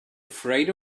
afraid